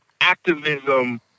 activism